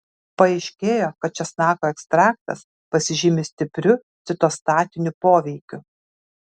paaiškėjo kad česnako ekstraktas pasižymi stipriu citostatiniu poveikiu